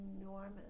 enormous